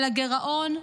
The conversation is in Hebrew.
על הגירעון,